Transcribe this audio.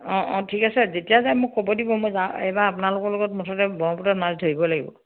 অঁ অঁ ঠিক আছে যেতিয়া যায় মোক খবৰ দিব মই যাম এইবাৰ আপোনালোকৰ লগত মুঠতে ব্ৰহ্মপুত্ৰত মাছ ধৰিব লাগিব